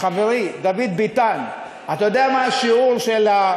חברי דוד ביטן, אתה יודע מה השיעור של,